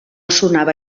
sonava